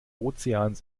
ozeans